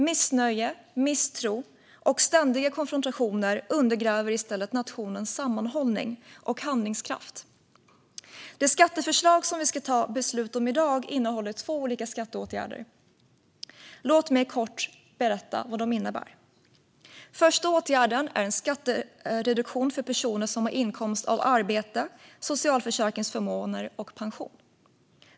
Missnöje, misstro och ständiga konfrontationer undergräver i stället nationens sammanhållning och handlingskraft. Det skatteförslag som vi ska fatta beslut om i dag innehåller två olika skatteåtgärder. Låt mig kort berätta vad de innebär. Första åtgärden är en skattereduktion för personer som har inkomst av arbete, socialförsäkringsförmåner och pension.